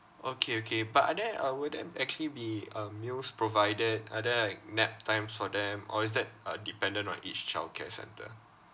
okay okay but are there uh will there actually be uh meals provided are there like nap times for them or is that uh dependent on each childcare centre